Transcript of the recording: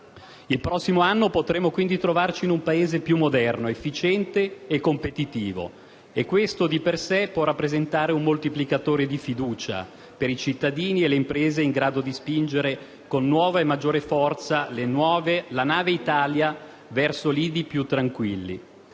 Il prossimo anno potremmo quindi trovarci in un Paese più moderno, efficiente e competitivo e questo di per sé può rappresentare un moltiplicatore di fiducia per i cittadini e le imprese, in grado di spingere con nuova e maggiore forza la "nave Italia" verso lidi più tranquilli.